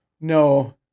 no